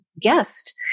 guest